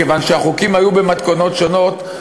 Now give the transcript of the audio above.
כיוון שהחוקים היו במתכונות שונות,